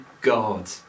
God